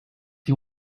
you